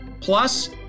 Plus